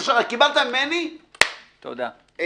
קיבלת ממני עצה.